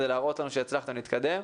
כדי להראות לנו שהצלחתם להתקדם.